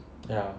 ya